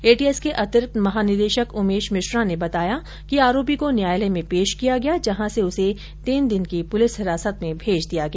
ATS के अतिरिक्त महानिदेशक उमेश मिश्रा ने आज बताया कि आरोपी को न्यायालय में पेश किया गया जहां से उसे तीन दिन की पुलिस हिरासत में भेज दिया गया